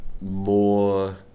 more